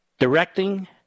directing